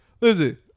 Listen